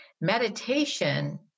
Meditation